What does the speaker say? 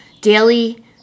daily